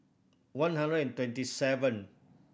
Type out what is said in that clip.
one hundred and twenty seven